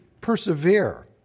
persevere